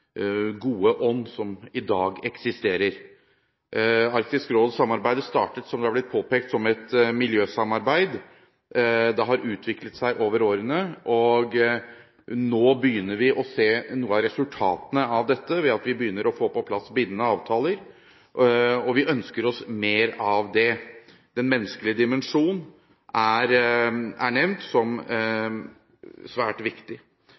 gode ånd som i dag eksisterer. Arktisk råd-samarbeidet startet, som det har blitt påpekt, som et miljøsamarbeid. Det har utviklet seg over årene. Nå begynner vi å se noe av resultatene av dette ved at vi begynner å få på plass bindende avtaler. Vi ønsker oss mer av det. Den menneskelige dimensjonen er nevnt som svært viktig.